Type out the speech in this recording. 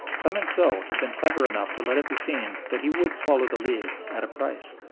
clemenceau had been clever enough to let it be seen that he would swallow the league at a price.